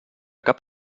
cap